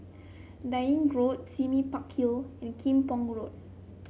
Dalkeith Road Sime Park Hill and Kim Pong Road